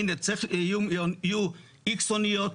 הינה יהיו X אוניות,